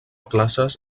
classes